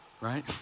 right